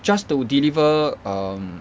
just to deliver um